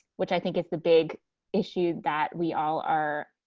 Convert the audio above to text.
which i think is the big issue that we all are